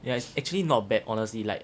yeah it's actually not bad honestly like